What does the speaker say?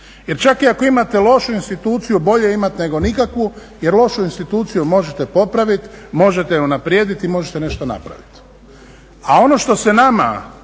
Jer čak i ako imate lošu instituciju bolje imat nego nikakvu, jer lošu instituciju možete popravit, možete unaprijedit i možete nešto napravit.